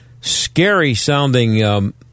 scary-sounding